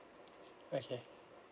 okay